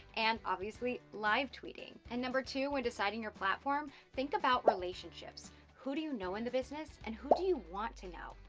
and obviously live tweeting. and number two, when deciding your platform, think about relationships, who do you know in the business, and who do you want to know?